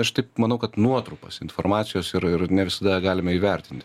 aš taip manau kad nuotrupos informacijos ir ir ne visada galime įvertinti